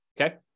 okay